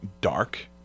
dark